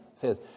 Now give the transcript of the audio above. says